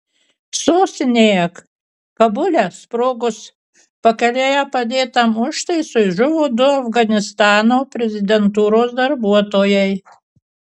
sostinėje kabule sprogus pakelėje padėtam užtaisui žuvo du afganistano prezidentūros darbuotojai